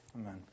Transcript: Amen